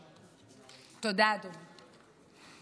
תודה, אדוני.